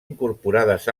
incorporades